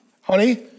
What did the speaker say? honey